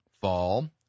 fall